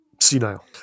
senile